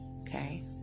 Okay